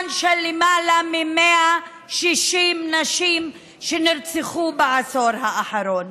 של למעלה מ-160 נשים שנרצחו בעשור האחרון.